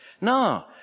no